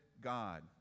God